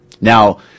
Now